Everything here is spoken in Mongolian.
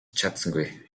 чадсангүй